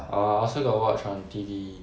orh I also got watch on T_V